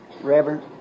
Reverend